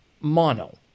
mono